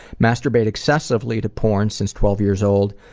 masturbate excessively to porn since twelve years old.